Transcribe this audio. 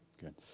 good